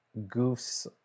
goofs